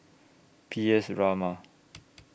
P S Raman